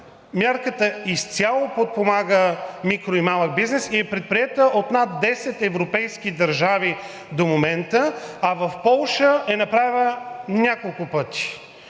Мярката изцяло подпомага микро- и малкия бизнес и е предприета в над 10 европейски държави до момента, а в Полша е направена няколко пъти